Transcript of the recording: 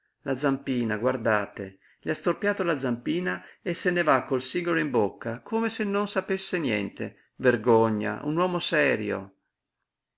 la zampina guardate le ha storpiato la zampina e se ne va col sigaro in bocca come se non sapesse niente vergogna un uomo serio